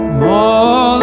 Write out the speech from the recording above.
more